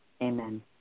Amen